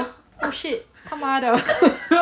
oh shit 他妈的